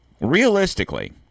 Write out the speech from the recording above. realistically